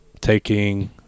taking